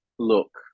Look